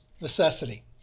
necessity